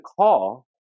call